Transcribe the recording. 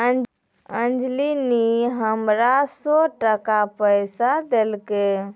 अंजली नी हमरा सौ टका पैंचा देलकै